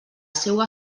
seua